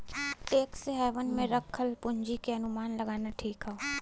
tax haven में रखल पूंजी क अनुमान लगाना कठिन हौ